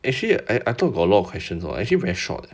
actually I I took a lot of questions hor actually very short leh